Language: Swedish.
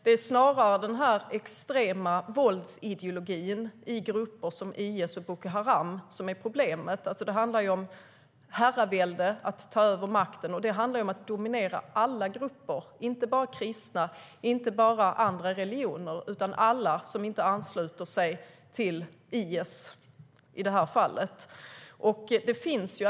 Det är snarare den extrema våldsideologin i grupper som IS och Boko Haram som är problemet. Det handlar om herravälde, om att ta över makten. Det handlar om att dominera alla grupper, inte bara kristna, inte bara andra religioner utan alla som inte ansluter sig till, i detta fall, IS.